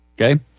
Okay